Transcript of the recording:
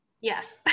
Yes